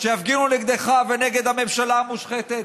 שיפגינו נגדך ונגד הממשלה המושחתת,